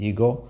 Ego